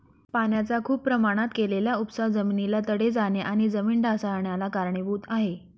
पाण्याचा खूप प्रमाणात केलेला उपसा जमिनीला तडे जाणे आणि जमीन ढासाळन्याला कारणीभूत आहे